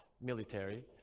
military